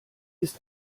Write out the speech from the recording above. ist